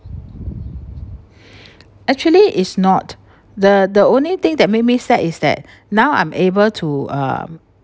actually is not the the only thing that made me sad is that now I'm able to um